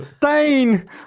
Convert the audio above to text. Dane